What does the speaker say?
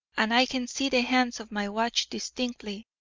and i can see the hands of my watch distinctly.